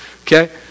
Okay